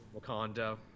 Wakanda